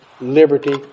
liberty